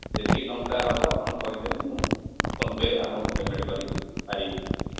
ଯେତିକି ଟଙ୍କା ହେବ ଆପଣ କହିଦେଲେ ମୁଁ ଫୋନ ପେ'ରେ ଆପଣଙ୍କୁ ପେମେଣ୍ଟ କରିପାରିବି